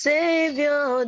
Savior